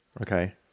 Okay